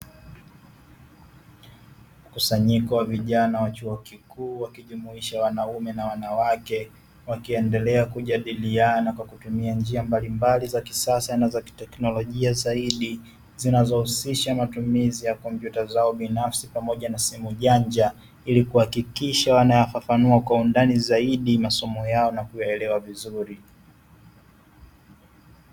Mkusanyiko wa vijana wa chuo kikuu, wakijumuisha wanaume na wanawake, wakiendelea kujadiliana kwa kutumia njia mbalimbali za kisasa na za kiteknolojia zaidi, zinazohusisha matumizi ya kompyuta zao binafsi pamoja na simu janja, ili kuhakikisha wanayafafanua kwa undani zaidi masomo yao na kuyaelewa vizuri.